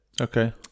okay